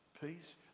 peace